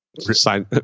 sign